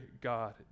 God